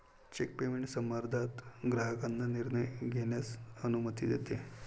check payment संदर्भात ग्राहकांना निर्णय घेण्यास अनुमती देते